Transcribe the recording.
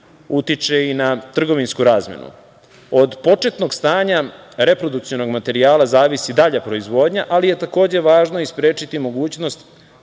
utiče i na trgovinsku razmenu. Od početnog stanja reprodukcionog materijala zavisi dalja proizvodnja, ali je takođe važno i sprečiti mogućnost